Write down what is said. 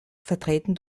vertreten